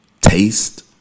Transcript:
Taste